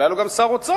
אבל היה לו גם שר אוצר,